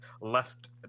left